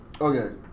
Okay